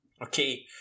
Okay